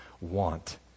want